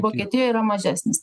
vokietijoj yra mažesnis